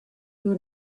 who